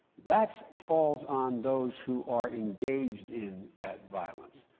that's falls on those who are engaged in that violence,